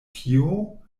tio